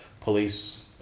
police